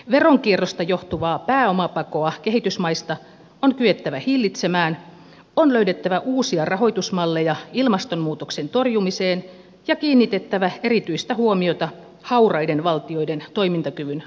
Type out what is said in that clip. veronkierrosta johtuvaa pääomapakoa kehitysmaista on kyettävä hillitsemään on löydettävä uusia rahoitusmalleja ilmastonmuutoksen torjumiseen ja kiinnitettävä erityistä huomiota hauraiden valtioiden toimintakyvyn vahvistamiseen